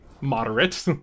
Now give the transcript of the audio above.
moderate